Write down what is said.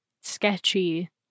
sketchy